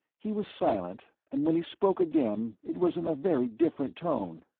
he was silent, and when he spoke again it was in a very different tone.